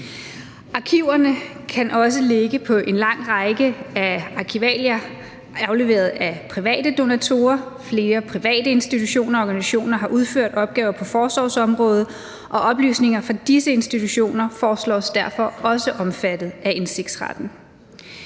Arkiverne kan også ligge på en lang række af arkivalier afleveret af private donatorer. Flere private institutioner og organisationer har udført opgaver på forsorgsområdet, og oplysninger fra disse institutioner foreslås derfor også omfattet af indsigtsretten.